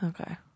Okay